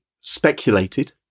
speculated